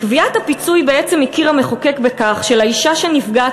בקביעת הפיצוי בעצם הכיר המחוקק בכך שלאישה הנפגעת